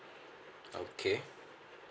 okay